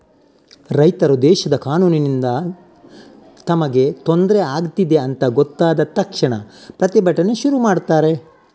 ರೈತರು ದೇಶದ ಕಾನೂನಿನಿಂದ ತಮಗೆ ತೊಂದ್ರೆ ಆಗ್ತಿದೆ ಅಂತ ಗೊತ್ತಾದ ತಕ್ಷಣ ಪ್ರತಿಭಟನೆ ಶುರು ಮಾಡ್ತಾರೆ